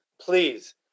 please